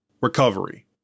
Recovery